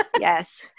Yes